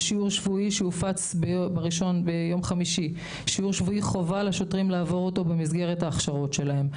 יש שיעור שבועי שהופץ ביום חמישי שחובה לעבור אותו במסגרת ההכשרות שלהם.